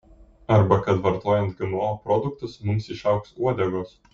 arba kad vartojant gmo produktus mums išaugs uodegos